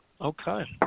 okay